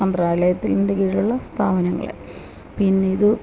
മന്ത്രാലയത്തിൻ്റെ കീഴിലുള്ള സ്ഥാപനങ്ങള് പിന്നെ ഇതു